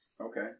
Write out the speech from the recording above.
Okay